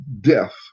death